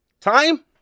Time